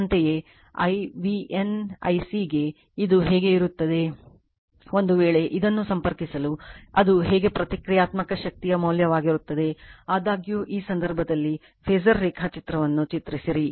ಅಂತೆಯೇ I v n Ic ಗೆ ಇದು ಹೇಗೆ ಇರುತ್ತದೆ ಒಂದು ವೇಳೆ ಇದನ್ನು ಸಂಪರ್ಕಿಸಲು ಅದು ಹೇಗೆ ಪ್ರತಿಕ್ರಿಯಾತ್ಮಕ ಶಕ್ತಿಯ ಮೌಲ್ಯವಾಗಿರುತ್ತದೆ ಆದಾಗ್ಯೂ ಈ ಸಂದರ್ಭದಲ್ಲಿ ಫಾಸರ್ ರೇಖಾಚಿತ್ರವನ್ನು ಚಿತ್ರಸಿರಿ